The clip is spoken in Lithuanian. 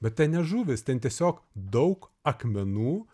bet ten ne žuvys ten tiesiog daug akmenų